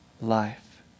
life